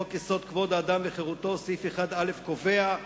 חוק-יסוד: כבוד האדם וחירותו, סעיף 1א, קובע: